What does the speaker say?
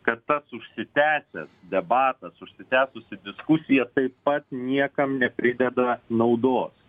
kad tas užsitęsęs debatas užsitęsusi diskusija taip pat niekam neprideda naudos